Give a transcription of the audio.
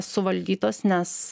suvaldytos nes